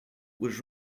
was